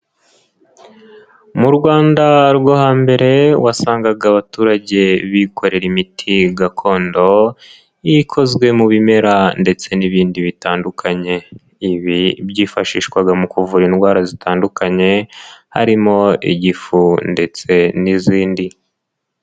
Mu Rwanda rwo hambere, wasangaga abaturage bikorera imiti gakondo, ikozwe mu bimera ndetse n'ibindi bitandukanye, ibi byifashishwaga mu kuvura indwara zitandukanye, harimo igifu ndetse n'izindi.